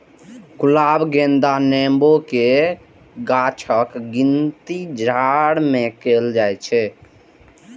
गुलाब, गेंदा, नेबो के गाछक गिनती झाड़ मे होइ छै